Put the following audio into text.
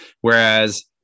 whereas